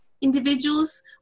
individuals